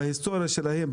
בהיסטוריה שלהם,